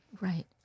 Right